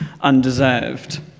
undeserved